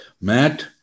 Matt